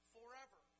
Forever